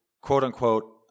quote-unquote